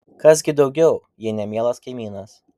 kas gi daugiau jei ne mielas kaimynas